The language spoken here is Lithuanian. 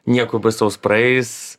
nieko baisaus praeis